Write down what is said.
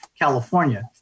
California